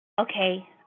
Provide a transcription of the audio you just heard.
Okay